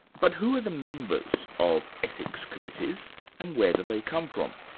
but who are the members of ethics committees and where do they come from?